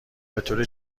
بطور